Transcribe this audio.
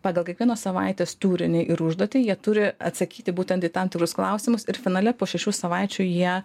pagal kiekvienos savaitės turinį ir užduotį jie turi atsakyti būtent į tam tikrus klausimus ir finale po šešių savaičių jie